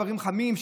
דברים חמים,